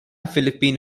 philippine